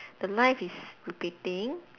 the life is repeating